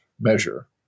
measure